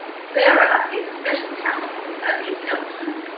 sarah is a special counsel at minter ellison,